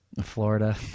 Florida